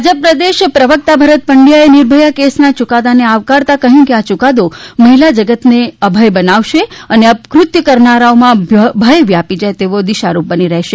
ભાજપ પ્રદેશ પ્રવક્તા ભરત પંડ્યાએ નિર્ભયા કેસના યુકાદાને આવકારતા કહ્યું કે આ યુકાદો મહિલા જગતને અભય બનાવશે અને અપક઼ત્ય કરનારાઓમાં ભય વ્યાપી જાય તેવો દિશારૂપ બની રહેશે